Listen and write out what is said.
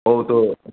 ꯐꯧꯗꯣ